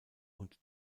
und